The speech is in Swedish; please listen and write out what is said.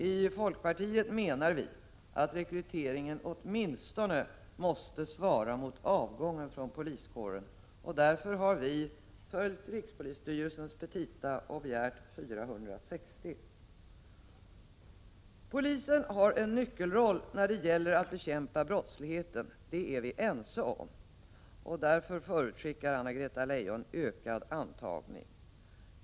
I folkpartiet menar vi att rekryteringen åtminstone måste svara mot avgången från poliskåren, och därför har vi följt rikspolisstyrelsens petita och begärt 460. Polisen har en nyckelroll när det gäller att bekämpa brottsligheten, det är vi ense om. Och därför förutskickar Anna-Greta Leijon ökad antagning.